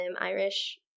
Irish